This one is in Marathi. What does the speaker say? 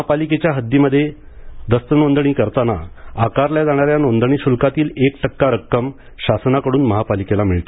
महापालिकेच्या हद्दीमध्ये दस्तनोंदणी करताना आकारल्या जाणाऱ्या नोंदणी शुल्कातील एक टक्का रक्कम शासनाकडून महापालिकेला मिळते